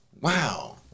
Wow